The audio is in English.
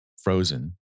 frozen